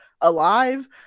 alive